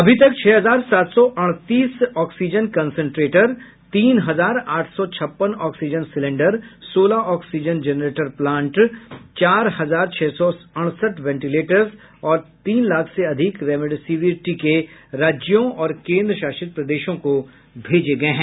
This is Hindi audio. अभी तक छह हजार सात सौ अड़तीस ऑक्सीजन कंसेंट्रेटर तीन हजार आठ सौ छप्पन ऑक्सीजन सिलेंडर सोलह ऑक्सीजन जेनरेटर प्लांट चार हजार छह सौ अड़सठ वेंटीलेटर्स और तीन लाख से अधिक रेमडेसिवर टीके राज्यों और केन्द्रशासित प्रदेशों को भेजे गये हैं